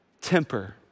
temper